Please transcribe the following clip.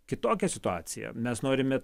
kitokia situacija mes norime